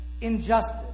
Injustice